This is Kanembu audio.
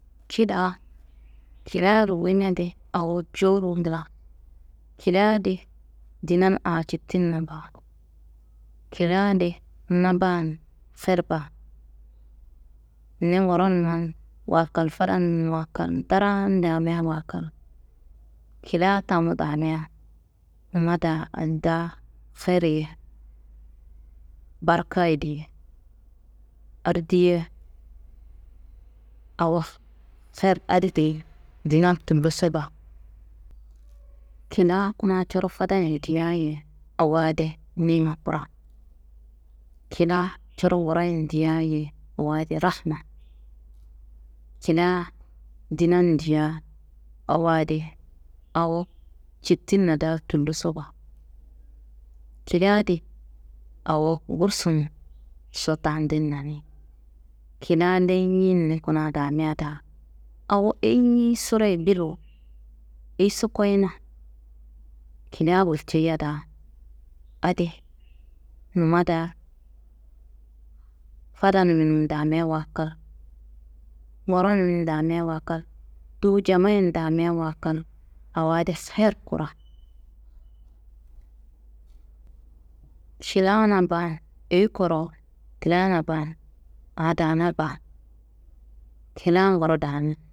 Ši daa kiliaro gullimia di awo jowuro ngla. Kilia di dinan aa citinna baa, kilia di na baan fer baan, ni nguronummawa kal, fadanumwa kal, ndaran damiawa kal kilia tamu damia numma daa andi daa ferri ye, barka ye diye, hardiyi ye awo fer adi deyi dinan tulloso baa. Kilia kuna coro fadayen diyaye awo adi nima kura, kilia coro nguroyen diyaye awo adi rahma, kilia dinan diya awo adi awo cittinna daa tulloso baa, kilia di awo gursunso tandinna ni, kilia leyin ni kuna damia daa awo eyiyisoroye bilwo, eyiyiso koyina, kilia gulceyia daa adi numma daa fadanumi n damiawa kal, nguronu n damiawa kal, dowo jamaye n damiawa kal awo adi her kura. Šilia na baan eyi kurowo? Kilia na baan aa daana baa, kilia nguron damin.